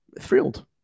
thrilled